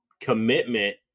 commitment